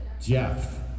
jeff